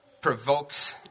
provokes